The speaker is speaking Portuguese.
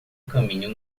caminho